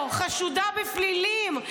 כל הלשכה שלו חשודה בפלילים.